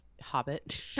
hobbit